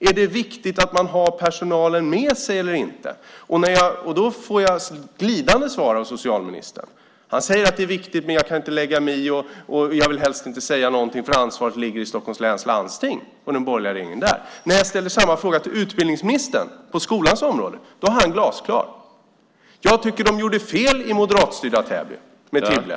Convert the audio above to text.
Är det viktigt att man har personalen med sig eller inte? Då får jag ett glidande svar av socialministern. Han säger: Det är viktigt, men jag kan inte lägga mig i, och jag vill helst inte säga någonting, för ansvaret ligger i Stockholms läns landsting och det borgerliga styret där. När jag ställde samma fråga till utbildningsministern på skolans område var han glasklar: Jag tycker att de gjorde fel i moderatstyrda Täby med Tibble.